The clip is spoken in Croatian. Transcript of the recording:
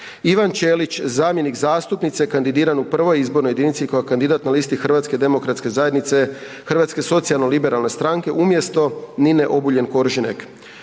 Ivan Ćelić, zamjenik zastupnice kandidiran u 1. izbornoj jedinici kao kandidat na listi Hrvatske demokratske zajednice, Hrvatsko socijalno-liberalne stranke, umjesto Nine Obuljen Koržinek;